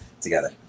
together